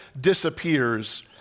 Disappears